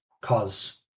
cause